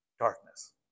darkness